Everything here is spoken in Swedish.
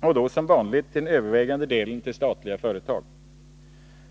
och då som vanligt till den övervägande delen till statliga företag.